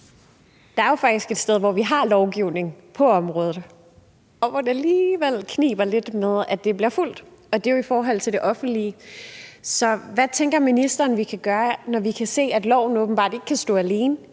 Der er jo faktisk et sted, hvor vi har lovgivning på området, og hvor det alligevel kniber lidt med, at det bliver fulgt, og det er i forhold til det offentlige. Så hvad tænker ministeren vi kan gøre, når vi kan se, at loven åbenbart ikke kan stå alene,